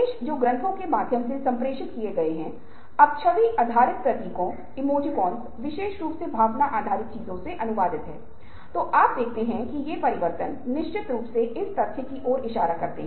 विभिन्न संभावनाओं की खोज और अन्वेषण करते है बातचीत करते है और मुद्दे के विभिन्न पहलुओं के साथ सहयोग करते है